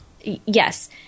Yes